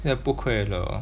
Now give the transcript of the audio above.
现在不可以了